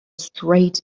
straight